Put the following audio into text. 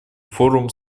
форум